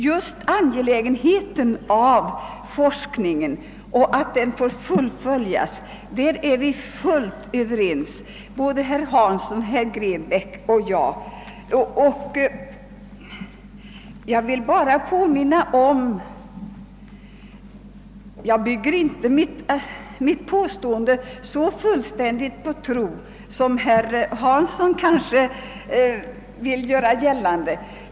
Vi är fullt ense både herr Hansson i Skegrie, herr Grebäck och jag, att detta är en angelägen forskning och att den bör få fullföljas. Jag bygger inte mitt påstående så fullständigt på tro som herr Hansson i Skegrie tycktes vilja göra gällande.